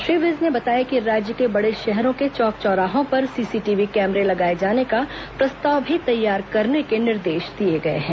श्री विज ने बताया कि राज्य के बड़े शहरों के चौक चौराहों पर सीसीटीवी कैमरे लगाए जाने का प्रस्ताव भी तैयार करने के निर्देश दिए गए हैं